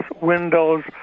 Windows